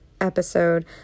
episode